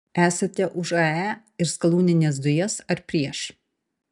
esate už ae ir skalūnines dujas ar prieš